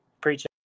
preaching